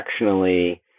directionally